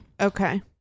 Okay